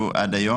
ברור.